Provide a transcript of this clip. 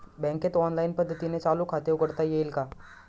बँकेत ऑनलाईन पद्धतीने चालू खाते उघडता येईल का?